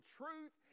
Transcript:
truth